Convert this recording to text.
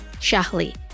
Shahli